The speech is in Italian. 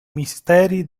misteri